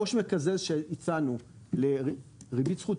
העו"ש מקזז שהצענו לריבית זכות,